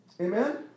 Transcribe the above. Amen